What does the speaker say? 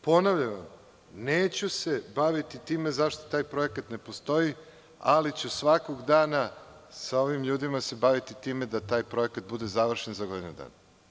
Ponavljam, neću se baviti time zašto taj projekat ne postoji, ali ću svakog dana sa ovim ljudima se baviti time da taj projekat bude završen za godinu dana.